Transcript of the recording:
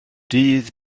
dydd